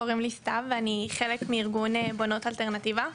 קוראים לי סתיו ואני חלק מארגון בונות אלטרנטיבה.